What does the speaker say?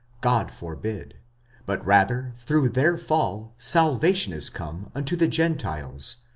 god forbid but rather through their fall salvation is come unto the gentiles,